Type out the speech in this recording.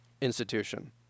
institution